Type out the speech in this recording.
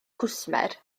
cwsmer